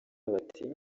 bati